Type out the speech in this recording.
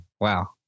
wow